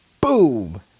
Boom